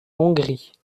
hongrie